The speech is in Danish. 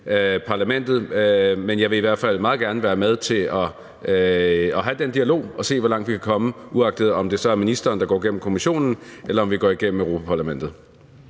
Europa-Parlamentet, men jeg vil i hvert fald meget gerne være med til at have den dialog og se, hvor langt vi kan komme, uagtet om det så er ministeren, der går via Kommissionen, eller om vi går via Europa-Parlamentet.